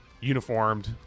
uniformed